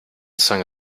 song